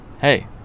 hey